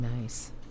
Nice